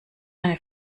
eine